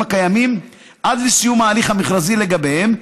הקיימים עד לסיום ההליך המכרזי לגביהם,